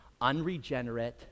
unregenerate